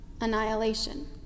annihilation